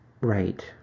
Right